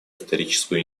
историческую